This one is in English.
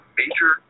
major